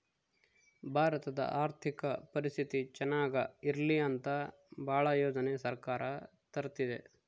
ಭಾರತದ ಆರ್ಥಿಕ ಪರಿಸ್ಥಿತಿ ಚನಾಗ ಇರ್ಲಿ ಅಂತ ಭಾಳ ಯೋಜನೆ ಸರ್ಕಾರ ತರ್ತಿದೆ